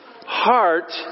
heart